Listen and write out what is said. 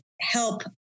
help